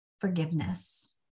forgiveness